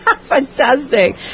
Fantastic